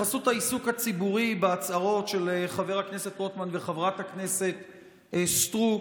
בחסות העיסוק הציבורי בהצהרות של חבר הכנסת רוטמן וחברת הכנסת סטרוק,